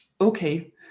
okay